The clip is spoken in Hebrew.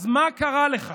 אז מה קרה לך?